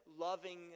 loving